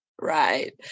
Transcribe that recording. right